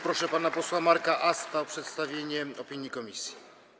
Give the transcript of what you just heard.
Proszę pana posła Marka Asta o przedstawienie opinii komisji.